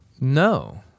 no